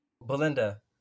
Belinda